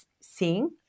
seeing